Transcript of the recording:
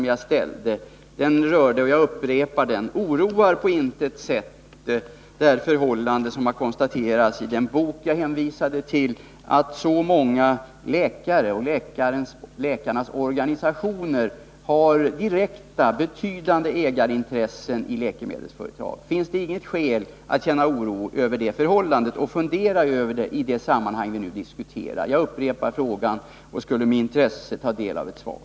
Jag upprepar den: Oroar på intet sätt det förhållande som har konstaterats i den bok som jag hänvisade till, nämligen att så många läkare och även läkarnas organisationer har direkta, betydande ägarintressen i läkemedelsföretagen? Finns det inget skäl att känna oro över det förhållandet och att fundera över det i detta sammanhang? Jag skulle med intresse ta del av ett svar.